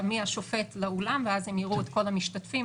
מהשופט לאולם ואז הם יראו את כל המשתתפים,